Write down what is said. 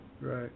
Right